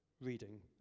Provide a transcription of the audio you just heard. reading